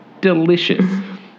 delicious